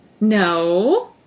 no